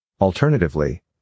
Alternatively